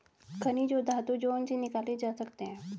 खनिज और धातु जो उनसे निकाले जा सकते हैं